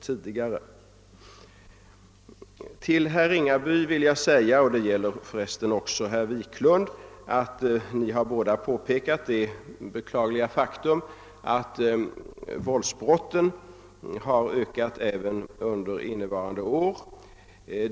Både herr Ringaby och herr Wiklund i Stockholm har framhållit som ett beklagligt faktum att våldsbrotten har ökat även under innevarande år.